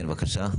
כן, בבקשה.